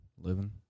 living